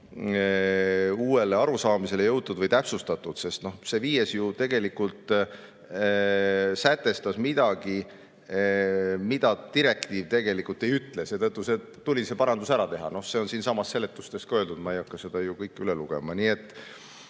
uuele arusaamisele jõutud või täpsustatud. Sest see viies ju tegelikult sätestas midagi, mida direktiiv ei ütle, seetõttu tuli see parandus ära teha. No see on siinsamas seletustes ka öeldud, ma ei hakka seda kõike üle lugema. Ma ei